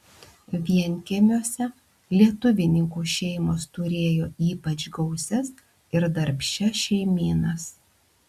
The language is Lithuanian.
vienkiemiuose lietuvininkų šeimos turėjo ypač gausias ir darbščias šeimynas